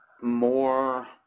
more